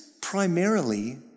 primarily